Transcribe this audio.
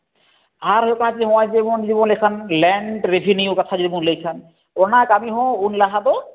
ᱟᱨ ᱦᱩᱭᱩᱜ ᱠᱟᱱᱟ ᱦᱚᱸᱜᱼᱚᱭ ᱡᱮᱢᱚᱱ ᱡᱩᱫᱤ ᱵᱚᱱ ᱞᱟᱹᱭ ᱠᱷᱟᱱ ᱞᱮᱱᱰ ᱨᱤᱵᱷᱤᱱᱤᱭᱩ ᱠᱟᱛᱷᱟ ᱡᱩᱫᱤᱵᱚᱱ ᱞᱟᱹᱭ ᱠᱷᱟᱱ ᱚᱱᱟ ᱠᱟᱹᱢᱤ ᱦᱚᱸ ᱩᱱ ᱞᱟᱦᱟ ᱫᱚ